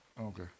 Okay